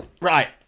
right